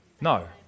No